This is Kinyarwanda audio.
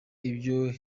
ibyo